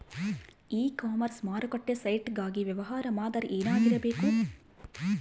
E commerce ಮಾರುಕಟ್ಟೆ site ಗಾಗಿ ವ್ಯವಹಾರ ಮಾದರಿ ಏನಾಗಿರಬೇಕು?